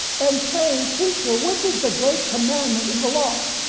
and saying teacher which is the great commandment in the law?